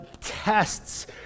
tests